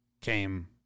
came